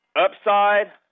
upside